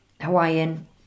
Hawaiian